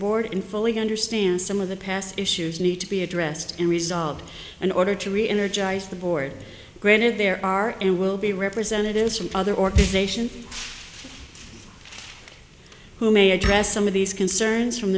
board fully understand some of the past issues need to be addressed and resolved in order to reenergize the board granted there are and will be representatives from other organizations who may address some of these concerns from